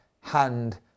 hand